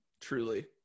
truly